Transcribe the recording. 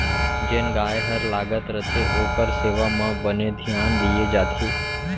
जेन गाय हर लागत रथे ओकर सेवा म बने धियान दिये जाथे